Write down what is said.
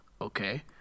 Okay